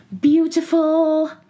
Beautiful